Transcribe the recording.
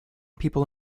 people